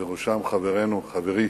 ובראשם חברנו, חברי